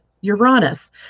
Uranus